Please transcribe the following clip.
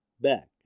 back